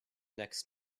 next